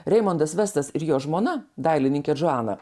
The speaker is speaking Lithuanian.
reimondas vestas ir jo žmona dailininkė džoana